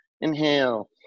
inhale